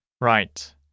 Right